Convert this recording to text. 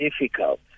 difficult